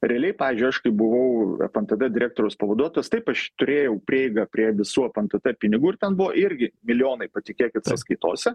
realiai pavyzdžiui aš kai buvau fntt direktoriaus pavaduotojas taip aš turėjau prieigą prie visų fntt pinigų ir ten buvo irgi milijonai patikėkit sąskaitose